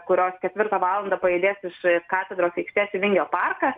kurios ketvirtą valandą pajudės iš katedros aikštės į vingio parką